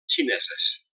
xineses